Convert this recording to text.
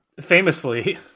Famously